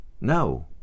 No